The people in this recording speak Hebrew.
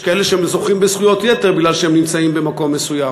יש כאלה שזוכים בזכויות יתר בגלל שהם נמצאים במקום מסוים,